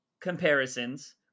comparisons